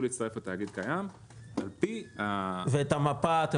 להצטרף לתאגיד קיים -- ואת מפת ההצטרפות,